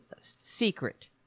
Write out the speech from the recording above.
secret